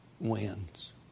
wins